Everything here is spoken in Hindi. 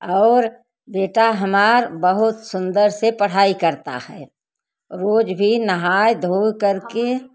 और बेटा हमार बहुत सुंदर से पढ़ाई करता है रोज़ भी नहाए धोए करके